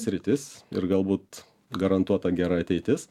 sritis ir galbūt garantuota gera ateitis